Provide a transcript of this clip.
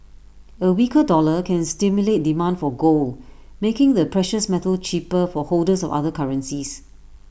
A weaker dollar can stimulate demand for gold making the precious metal cheaper for holders of other currencies